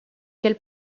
quel